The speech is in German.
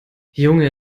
junge